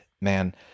man